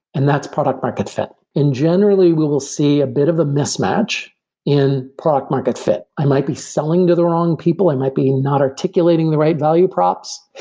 and that's product market fit. generally we'll we'll see a bit of a mismatch in product market fit. i might be selling to the wrong people. i might be not articulating the right value props,